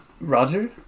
Roger